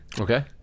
Okay